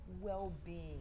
well-being